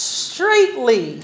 straightly